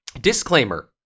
disclaimer